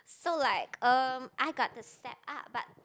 so like um I got the set up but